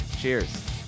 Cheers